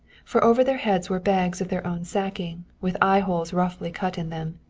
for over their heads were bags of their own sacking, with eyeholes roughly cut in them.